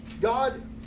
God